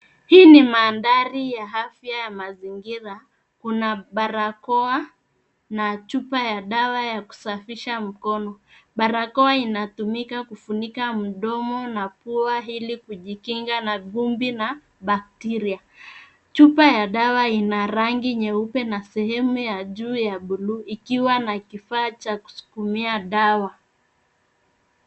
Hii ni mandhari ya afya ya mazingira. Kuna barakoa na chupa ya dawa ya kusafisha mkono. Barakoa inatumika kufunika mdomo na pua ili kujikinga na vumbi na bakteria. Chupa ya dawa ina rangi nyeupe na sehemu ya juu ya buluu ikiwa na sehemu ya kuskumia dawa.